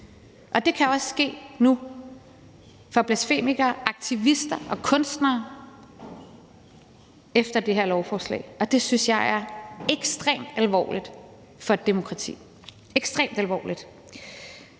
Og det kan også ske nu for blasfemikere, aktivister og kunstnere efter dette lovforslag, og det synes jeg er ekstremt alvorligt for et demokrati – ekstremt alvorligt.